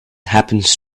happens